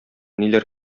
ниләр